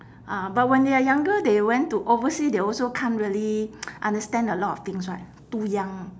ah but when they are younger they went to oversea they also can't really understand a lot of things right too young